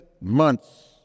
months